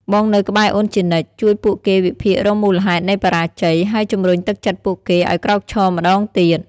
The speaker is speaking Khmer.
បងនៅក្បែរអូនជានិច្ច! ជួយពួកគេវិភាគរកមូលហេតុនៃបរាជ័យ ហើយជំរុញទឹកចិត្តពួកគេឲ្យក្រោកឈរម្តងទៀត។